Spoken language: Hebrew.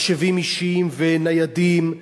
מחשבים אישיים וניידים,